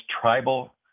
tribal